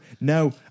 no